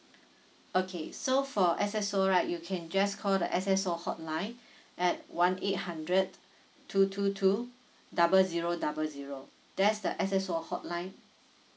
okay so for S_S_O right you can just call the S_S_O hotline at one eight hundred two two two double zero double zero that's the S_S_O hotline